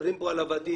מדברים פה על עבדים,